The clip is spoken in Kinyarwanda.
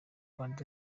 rwanda